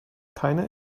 keine